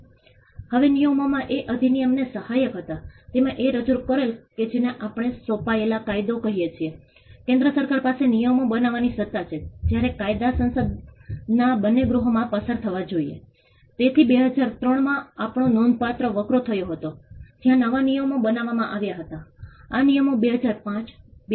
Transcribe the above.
જોખમી પરિમાણો જે અમે ધ્યાનમાં લીધાં છે પૂરની અવધિ પૂર દરમિયાન પાણીનું સ્તર વારંવાર અસરગ્રસ્ત વિસ્તારો મકાનની ઊંચાઇ મકાન સામગ્રી મકાનની સ્થિતિ પ્લિન્થ લેવલ આ બધા અમે એકત્રિત કર્યા છે